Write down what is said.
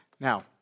Now